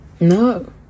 no